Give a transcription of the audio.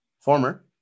Former